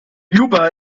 juba